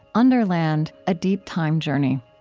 underland a deep time journey